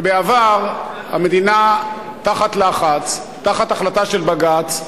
ובעבר המדינה, תחת לחץ, תחת החלטה של בג"ץ,